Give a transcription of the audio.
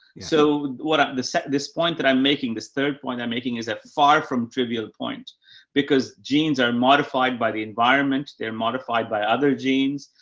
so what are the set? this point that i'm making, this third point i'm making is a far from trivial point because genes are modified by the environment. they're modified by other genes.